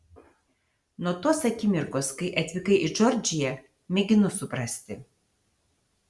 nuo tos akimirkos kai atvykai į džordžiją mėginu suprasti